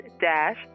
dash